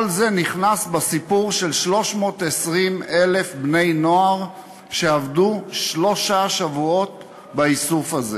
כל זה נכנס בסיפור של 320,000 בני-נוער שעבדו שלושה שבועות באיסוף הזה.